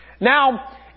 Now